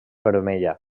vermella